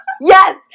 Yes